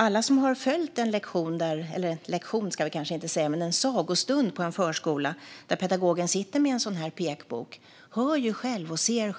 Alla som följer en sagostund på en förskola där pedagogen sitter med en sådan pekbok kan höra och se